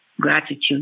gratitude